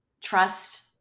Trust